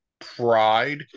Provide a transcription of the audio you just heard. pride